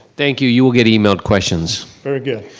thank you. you will get emailed questions. very good.